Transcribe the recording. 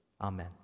Amen